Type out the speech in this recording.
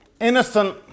innocent